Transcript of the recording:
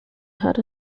had